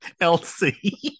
Elsie